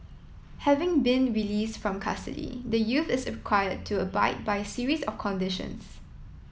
having been release from custody the youth is required to abide by a series of conditions